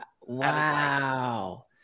Wow